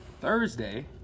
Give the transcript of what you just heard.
Thursday